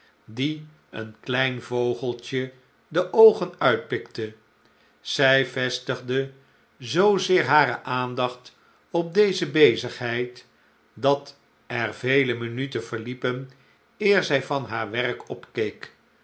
die een klein vogeltje de oogen uitpikte zij vestigde zoozeer hare aandacht op deze bezigheid dat er vele minuten verliepen eer zij van haar werk opkeek